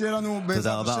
תודה רבה.